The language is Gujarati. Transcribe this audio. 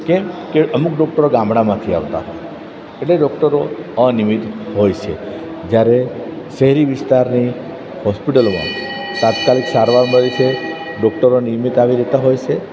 કેમકે અમુક ડોક્ટરો ગામડામાંથી આવતાં હોય એટલે ડોક્ટરો અને અનિયમિત હોય છે જ્યારે શહેરી વિસ્તારની હોસ્પિટલમાં તાત્કાલિક સારવાર મળે છે ડોક્ટરો નિયમિત આવી રહેતાં હોય છે